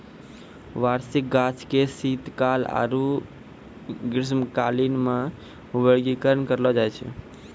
वार्षिक गाछ के शीतकाल आरु ग्रीष्मकालीन मे वर्गीकरण करलो जाय छै